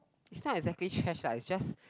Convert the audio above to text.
it's not exactly trash lah it's just